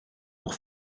pour